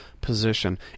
position